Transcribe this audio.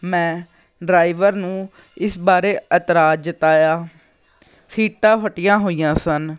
ਮੈਂ ਡਰਾਈਵਰ ਨੂੰ ਇਸ ਬਾਰੇ ਇਤਰਾਜ ਜਤਾਇਆ ਸੀਟਾਂ ਫਟੀਆਂ ਹੋਈਆਂ ਸਨ